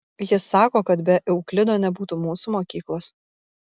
jis sako kad be euklido nebūtų mūsų mokyklos